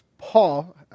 Paul